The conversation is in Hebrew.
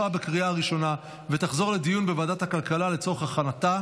לוועדת הכלכלה נתקבלה.